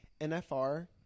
nfr